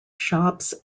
shops